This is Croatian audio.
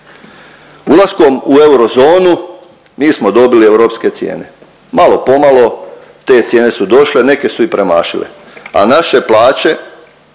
Ulaskom u euro zonu, mi smo dobili europske cijene. Malo-pomalo te cijene su došle, neke su i premašile, a naše plaće